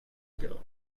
ago